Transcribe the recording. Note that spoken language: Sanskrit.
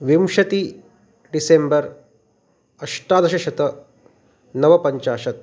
विंशतिः डिसेम्बर् अष्टादशशतनवपञ्चाशत्